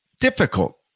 difficult